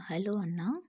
hello Anna